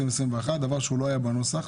דבר שלא היה בנוסח,